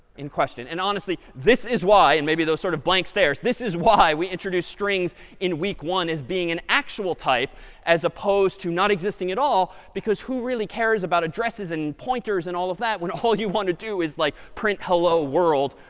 questions? and honestly, this is why and maybe those sort of blank stares this is why we introduced strings in week one as being an actual type as opposed to not existing at all. because who really cares about addresses and pointers and all of that when all you want to do is like, print, hello world,